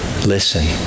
listen